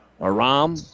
Aram